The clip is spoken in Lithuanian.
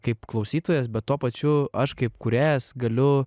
kaip klausytojas bet tuo pačiu aš kaip kūrėjas galiu